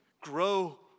grow